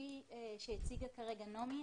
כפי שהציגה כרגע נעמי,